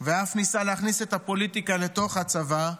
ואף ניסה להכניס את הפוליטיקה לתוך הצבא,